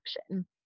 action